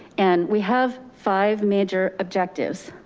and we have five major objectives.